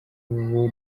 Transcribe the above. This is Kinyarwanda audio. b’u